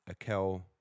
Akel